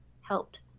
helped